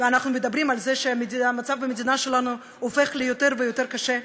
ואנחנו מדברים על זה שהמצב במדינה שלנו הופך ליותר ויותר קשה,